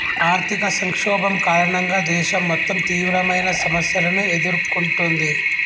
ఆర్థిక సంక్షోభం కారణంగా దేశం మొత్తం తీవ్రమైన సమస్యలను ఎదుర్కొంటుంది